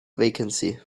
vacancy